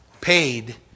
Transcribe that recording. paid